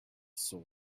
soul